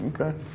Okay